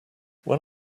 when